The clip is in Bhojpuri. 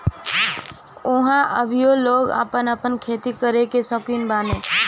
ऊहाँ अबहइयो लोग आपन आपन खेती करे कअ सौकीन बाने